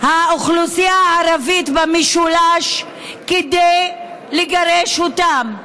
באוכלוסייה הערבית במשולש כדי לגרש אותם.